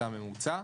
זה הממוצע.